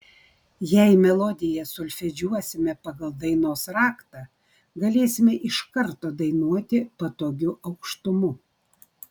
jei melodiją solfedžiuosime pagal dainos raktą galėsime iš karto dainuoti patogiu aukštumu